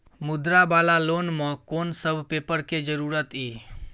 मुद्रा वाला लोन म कोन सब पेपर के जरूरत इ?